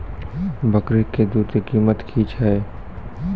बकरी के दूध के कीमत की छै?